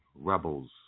rebels